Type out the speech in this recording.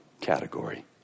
category